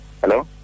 Hello